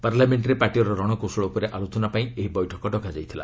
ପାର୍ଲାମେଣ୍ଟରେ ପାର୍ଟିର ରଣକୌଶଳ ଉପରେ ଆଲୋଚନା ପାଇଁ ଏହି ବୈଠକ ଡକାଯାଇଥିଲା